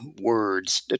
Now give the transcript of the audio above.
words